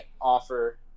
offer